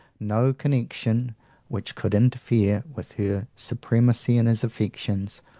no connexion which could interfere with her supremacy in his affections,